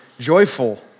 joyful